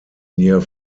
near